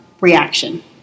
reaction